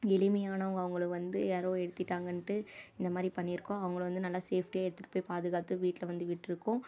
எளிமையானவங்களை அவங்கள வந்து யாரோ ஏத்திட்டாங்கன்ட்டு இந்தமாதிரி பண்ணிருக்கோம் அவங்கள வந்து நல்லா சேஃப்டியா எடுத்துட்டு போய் பாதுகாத்து வீட்டில் கொண்டு விட்டுருக்கோம்